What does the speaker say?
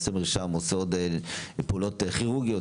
נותן מרשמים ועושה אפילו פעולות כירורגיות,